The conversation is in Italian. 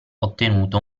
ottenuto